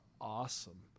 awesome